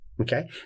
okay